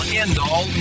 end-all